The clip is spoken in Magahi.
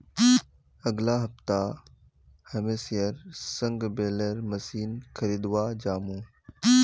अगला हफ्ता महेशेर संग बेलर मशीन खरीदवा जामु